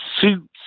suits